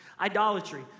idolatry